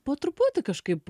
po truputį kažkaip